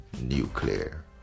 nuclear